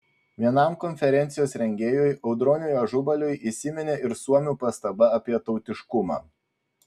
vienam konferencijos rengėjų audroniui ažubaliui įsiminė ir suomių pastaba apie tautiškumą